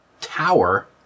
tower